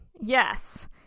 Yes